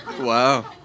wow